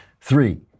Three